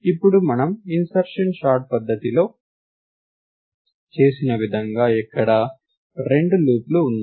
ఇప్పుడు మనం insertion sort పద్ధతిలో చేసిన విధంగా ఎక్కడ రెండు లూప్ లు ఉన్నాయి